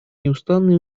неустанные